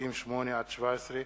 סעיפים 8 17,